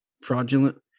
fraudulent